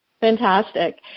Fantastic